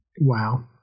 wow